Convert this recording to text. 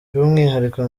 by’umwihariko